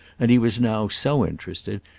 and he was now so interested,